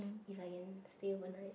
if I can stay overnight